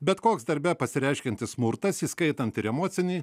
bet koks darbe pasireiškiantis smurtas įskaitant ir emocinį